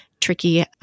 tricky